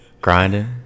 grinding